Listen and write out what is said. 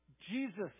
Jesus